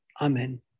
Amen